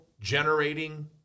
generating